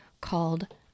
called